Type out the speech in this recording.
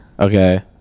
okay